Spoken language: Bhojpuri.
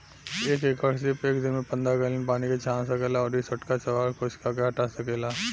एक एकल सीप एक दिन में पंद्रह गैलन पानी के छान सकेला अउरी छोटका शैवाल कोशिका के हटा सकेला